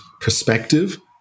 perspective